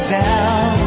down